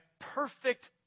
perfect